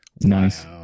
Nice